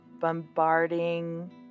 bombarding